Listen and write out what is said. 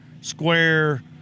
square